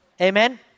Amen